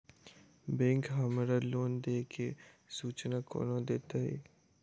Bank हमरा loan देय केँ सूचना कोना देतय?